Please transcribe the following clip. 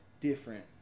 different